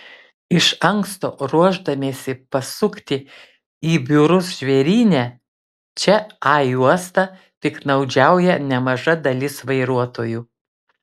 iš anksto ruošdamiesi pasukti į biurus žvėryne čia a juosta piktnaudžiauja nemaža dalis vairuotojų